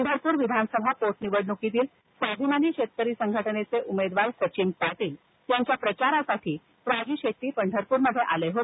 पंढरपूर विधानसभा पोट निवडण्कीतील स्वाभिमानी शेतकरी संघटनेचे उमेदवार सचिन पाटील यांच्या प्रचारासाठी राजू शेट्टी पंढरपूरमध्ये आले आहेत